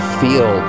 feel